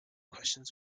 questions